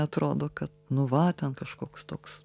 atrodo kad nu va ten kažkoks toks